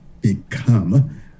become